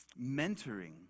mentoring